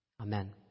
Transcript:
Amen